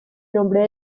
nombre